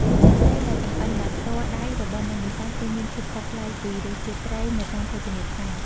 រសជាតិត្រីដែលចម្អិនដោយផ្ទាល់ដៃរបស់អ្នកនេសាទគឺមានភាពខុសប្លែកពីរសជាតិត្រីនៅតាមភោជនីយដ្ឋាន។